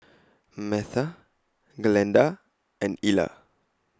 Metha Glenda and Illa